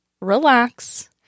relax